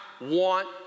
want